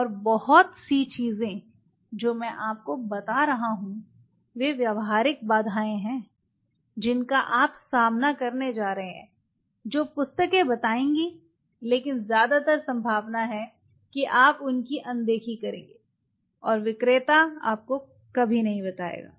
और बहुत सी चीजें जो मैं आपको बता रहा हूं वे व्यावहारिक बाधाएं हैं जिनका आप सामना करने जा रहे हैं जो पुस्तकें बताएंगी लेकिन ज्यादातर संभावना है कि आप उनकी अनदेखी करेंगे और विक्रेता आपको कभी नहीं बताएगा